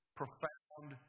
profound